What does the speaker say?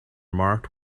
marked